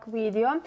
video